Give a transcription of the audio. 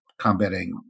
combating